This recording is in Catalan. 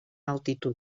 altitud